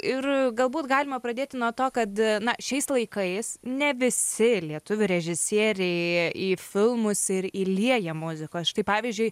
ir galbūt galima pradėti nuo to kad na šiais laikais ne visi lietuvių režisieriai į filmus ir įlieja muzikos štai pavyzdžiui